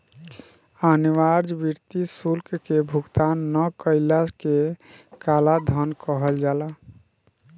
अनिवार्य वित्तीय शुल्क के भुगतान ना कईला के कालाधान कहल जाला